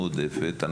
מועדפת.